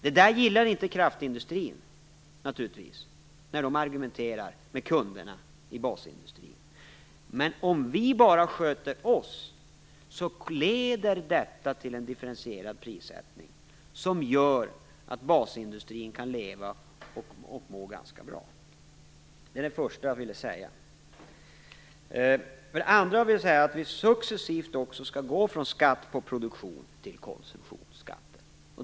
Det där gillar naturligtvis inte kraftindustrin när den argumenterar med kunderna i basindustrin. Men om vi bara sköter oss leder detta till en differentierad prissättning som gör att basindustrin kan leva och må ganska bra. Det var det första jag ville säga. Det andra är att vi successivt skall gå från skatt på produktion till konsumtionsskatter.